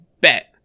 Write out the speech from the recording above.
bet